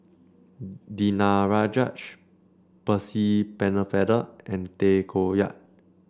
Danaraj Percy Pennefather and Tay Koh Yat